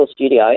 studio